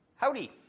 Howdy